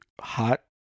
Hot